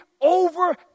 over